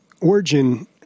Origin